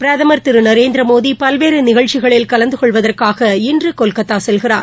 பிரதமா் திரு நரேந்திரமோடி பல்வேறு நிகழ்ச்சிகளில் கலந்து கொள்வதற்காக இன்று கொல்கத்தா செல்கிறார்